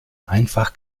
einfach